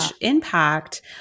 impact